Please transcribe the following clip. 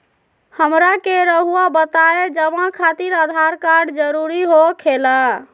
हमरा के रहुआ बताएं जमा खातिर आधार कार्ड जरूरी हो खेला?